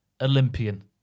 Olympian